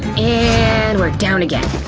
and we're down again.